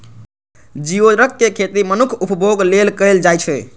geoduck के खेती मनुक्खक उपभोग लेल कैल जाइ छै